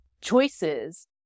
choices